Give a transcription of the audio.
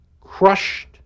crushed